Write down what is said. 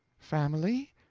family?